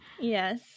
Yes